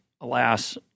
alas